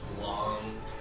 long